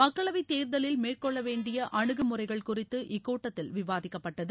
மக்களவை தேர்தலில் மேற்கொள்ள வேண்டிய அனுகு முறைகள் குறித்து இக்கூட்டத்தில் விவாதிக்கப்பட்டது